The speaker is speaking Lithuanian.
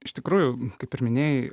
iš tikrųjų kaip ir minėjai